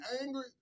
angry